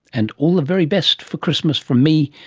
and all the very best for christmas from me,